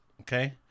Okay